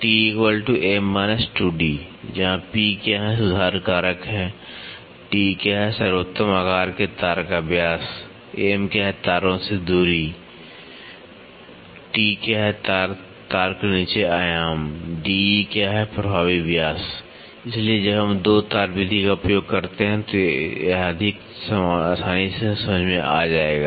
T M Where P सुधार कारक d सर्वोत्तम आकार के तार का व्यास M तारों से दूरी T तार के नीचे आयाम प्रभावी व्यास इसलिए जब हम 2 तार विधि का उपयोग करते हैं तो यह अधिक आसानी से समझ में आ जाएगा